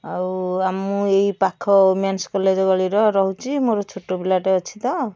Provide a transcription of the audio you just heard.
ଆଉ ମୁଁ ଏହି ପାଖ ଓମେନ୍ସ କଲେଜ ଗଳିରେ ରହୁଛି ମୋର ଛୋଟ ପିଲାଟେ ଅଛି ତ